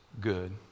good